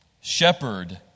Shepherd